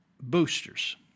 boosters